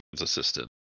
assistant